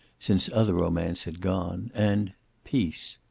since other romance had gone, and peace.